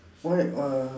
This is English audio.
why uh